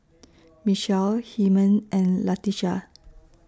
Michelle Hymen and Latesha